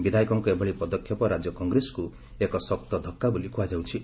ବିଧାୟକଙ୍କ ଏଭଳି ପଦକ୍ଷେପ ରାଜ୍ୟ କଂଗ୍ରେସକୁ ଏକ ଶକ୍ତ ଧକ୍କା ବୋଲି କୁହାଯାଉଚି